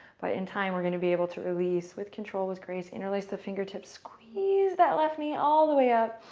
but in time we are going to be able to release with control, with grace, interlace the fingertips. squeeze that left knee all the way up